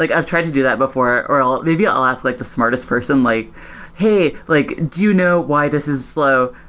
like i've tried to do that before, or maybe i'll ask like the smartest person, like hey, like do you know why this is slow?